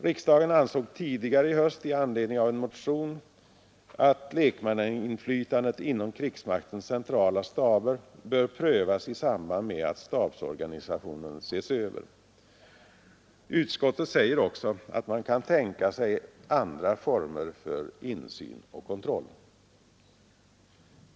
Riksdagen ansåg tidigare i höst i anledning av en motion att lekmannainflytandet inom krigsmaktens centrala staber bör prövas i samband med att stabsorganisationen ses över. Utskottet säger också att man kan tänka sig andra former för insyn och kontroll.